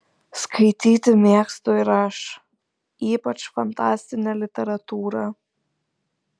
skaityti mėgstu ir aš ypač fantastinę literatūrą